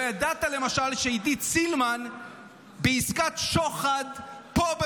לא ידעת למשל שעידית סילמן הפילה ממשלה בעסקת שוחד פה,